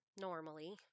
Normally